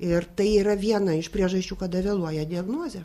ir tai yra viena iš priežasčių kada vėluoja diagnozė